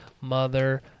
mother